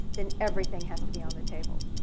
then everything has to be on the table.